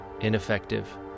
ineffective